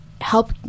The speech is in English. help